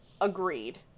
Agreed